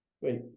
wait